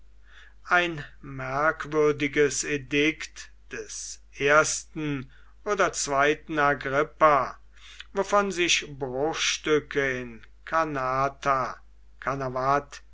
ein merkwürdiges edikt des ersten oder zweiten agrippa wovon sich bruchstücke in